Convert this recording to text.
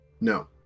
No